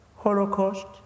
Holocaust